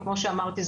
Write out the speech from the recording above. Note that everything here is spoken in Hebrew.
וכמו שאמרתי,